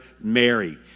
Mary